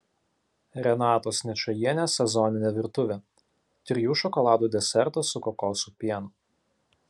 renatos ničajienės sezoninė virtuvė trijų šokoladų desertas su kokosų pienu